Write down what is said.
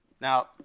Now